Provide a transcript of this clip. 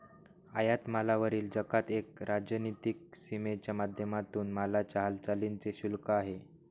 आयात मालावरील जकात एक राजनीतिक सीमेच्या माध्यमातून मालाच्या हालचालींच शुल्क आहे